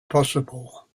possible